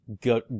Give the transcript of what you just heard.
go